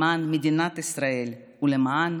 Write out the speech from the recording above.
למען מדינת ישראל ולמען